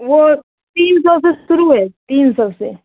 वो तीन सौ से शुरू है तीन सौ से